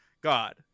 God